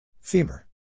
Femur